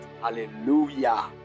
hallelujah